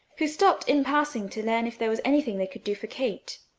who stopped in passing to learn if there was anything they could do for kate.